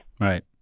Right